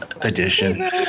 edition